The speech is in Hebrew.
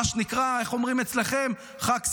מה שנקרא, איך אומרים אצלכם, "חג שמח",